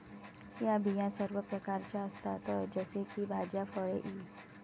या बिया सर्व प्रकारच्या असतात जसे की भाज्या, फळे इ